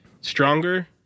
Stronger